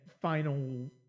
final